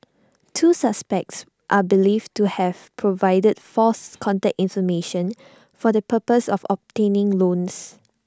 two suspects are believed to have provided false contact information for the purpose of obtaining loans